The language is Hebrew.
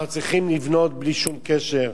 אנחנו צריכים לבנות בלי שום קשר.